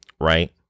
Right